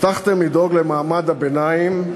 הבטחתם לדאוג למעמד הביניים,